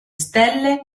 stelle